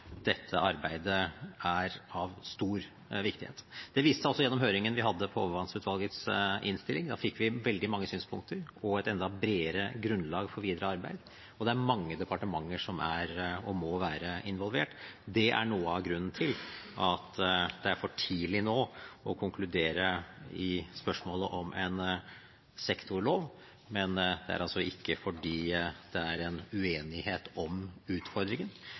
dette arbeidet er av stor viktighet. Det viste seg også gjennom høringen vi hadde om overvannsutvalgets utredning. Da fikk vi veldig mange synspunkter og et enda bredere grunnlag for videre arbeid. Det er mange departementer som er og må være involvert, og det er noe av grunnen til at det er for tidlig nå å konkludere i spørsmålet om en sektorlov. Det er altså ikke fordi det er en uenighet om utfordringen.